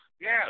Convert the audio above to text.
Yes